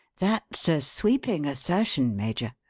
that's a sweeping assertion, major.